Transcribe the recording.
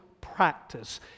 practice